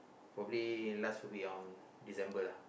probably last will be on December lah